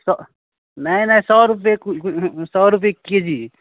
सँ नहि नहि सओ रुपैए क्वि सओ रुपैए के जी